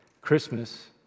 Christmas